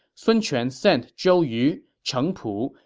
sun quan sent zhou yu, cheng pu,